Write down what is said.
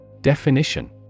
Definition